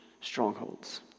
strongholds